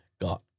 got